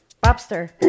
Bobster